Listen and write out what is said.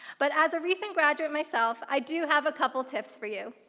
but as a recent graduate myself, i do have a couple tips for you.